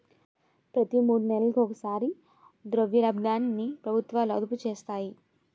ప్రతి మూడు నెలలకు ఒకసారి ద్రవ్యోల్బణాన్ని ప్రభుత్వాలు అదుపు చేస్తాయి